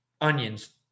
onions